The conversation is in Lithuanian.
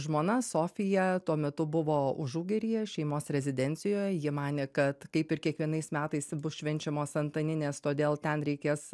žmona sofija tuo metu buvo užugiryje šeimos rezidencijoje ji manė kad kaip ir kiekvienais metais bus švenčiamos antaninės todėl ten reikės